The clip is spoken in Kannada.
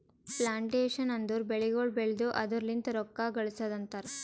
ಪ್ಲಾಂಟೇಶನ್ ಅಂದುರ್ ಬೆಳಿಗೊಳ್ ಬೆಳ್ದು ಅದುರ್ ಲಿಂತ್ ರೊಕ್ಕ ಗಳಸದ್ ಅಂತರ್